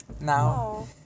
now